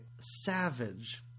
Savage